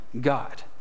God